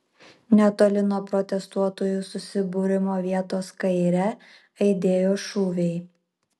netoli nuo protestuotojų susibūrimo vietos kaire aidėjo šūviai